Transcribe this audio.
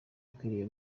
akwiriye